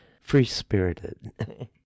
free-spirited